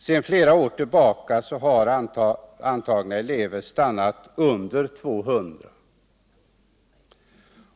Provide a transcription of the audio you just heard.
Sedan flera år tillbaka har antalet antagna elever stannat under 200.